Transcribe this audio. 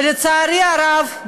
ולצערי הרב,